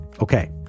Okay